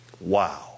Wow